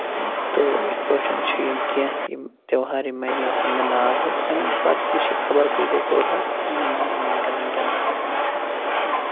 تہٕ یِتھ پٲٹھۍ چھِ یِم کینٛہہ یِم تیٚوہار یِم مےٚ یِہُنٛد مےٚ ناو ہیوٚت اَمہِ پَتہٕ تہِ چھِ خبر کۭتیاہ تیٚوہار یِہنٛدۍ نہٕ مُمکن وٕنکٮ۪ن ناو ہیوٚن چھُ کیٚنٛہہ